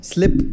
Slip